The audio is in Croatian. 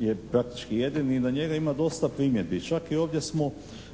je praktički jedini i na njega ima dosta primjedbi. Čak i ovdje smo